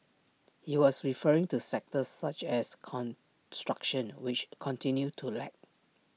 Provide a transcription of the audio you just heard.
he was referring to sectors such as construction which continued to lag